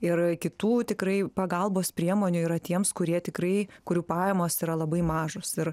ir kitų tikrai pagalbos priemonių yra tiems kurie tikrai kurių pajamos yra labai mažos ir